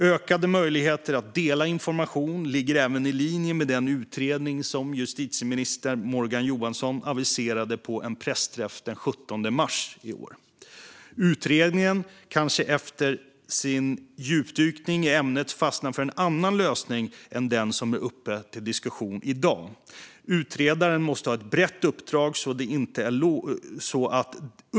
Ökade möjligheter att dela information ligger även i linje med den utredning som justitieminister Morgan Johansson aviserade på en pressträff den 17 mars i år. Utredningen kanske fastnar för en annan lösning än den som är uppe för diskussion i dag efter sin djupdykning i ämnet.